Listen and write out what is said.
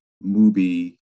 Movie